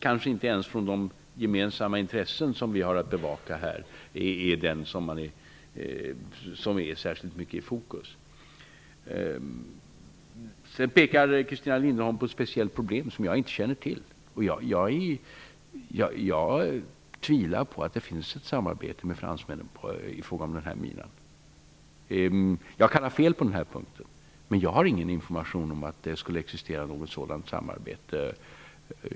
Inte ens utifrån de gemensamma intressen som vi har att bevaka står minan särskilt mycket i fokus. Christina Linderholm pekar på ett speciellt problem som jag inte känner till. Jag tvivlar på att det finns ett samarbete med fransmännen i fråga om denna mina. Jag kan ha fel på den punkten, men jag har ingen information om att det skulle existera något sådant samarbete.